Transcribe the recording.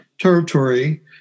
territory